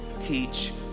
teach